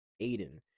Aiden